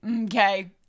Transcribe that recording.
Okay